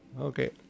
Okay